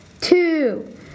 Two